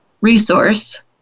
resource